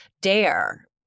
Dare